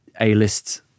A-list